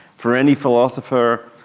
for any philosopher,